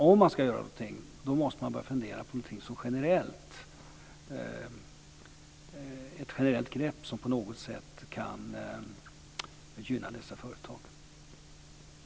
Om man ska göra någonting måste man börja fundera på ett generellt grepp som på något sätt kan gynna dessa företag.